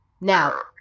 Now